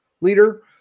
leader